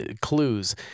clues